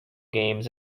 games